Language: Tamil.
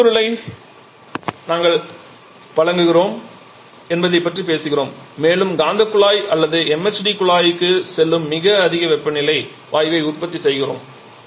இது எரிபொருளை நாங்கள் எங்கு வழங்குகிறோம் என்பதைப் பற்றி பேசுகிறோம் மேலும் காந்தக் குழாய் அல்லது MHD குழாய்க்குச் செல்லும் மிக அதிக வெப்பநிலை வாயுவை உற்பத்தி செய்கிறோம்